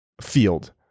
field